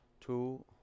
two